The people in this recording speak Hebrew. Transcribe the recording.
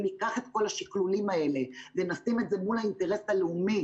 אם ניקח את כל השקלולים האלה ונשים את זה מול האינטרס הלאומי